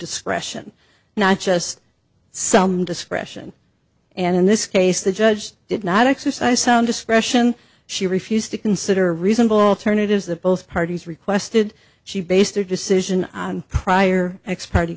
discretion not just some discretion and in this case the judge did not exercise sound discretion she refused to consider reasonable alternatives that both parties requested she based her decision on prior acts party